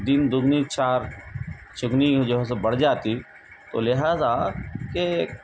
دن دوگنی چار چوگنی جو ہے سو بڑھ جاتی تو لہٰذا کہ